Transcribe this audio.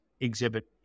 exhibit